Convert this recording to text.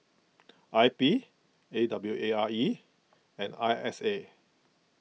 I P A W A R E and I S A